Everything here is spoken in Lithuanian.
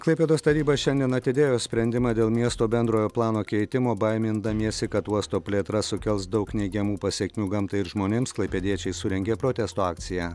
klaipėdos taryba šiandien atidėjo sprendimą dėl miesto bendrojo plano keitimo baimindamiesi kad uosto plėtra sukels daug neigiamų pasekmių gamtai ir žmonėms klaipėdiečiai surengė protesto akciją